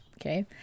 Okay